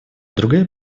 другая